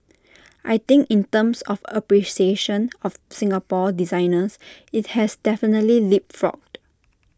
I think in terms of appreciation of Singapore designers IT has definitely leapfrogged